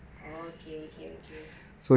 okay okay okay